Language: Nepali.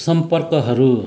सम्पर्कहरू